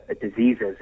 diseases